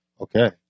Okay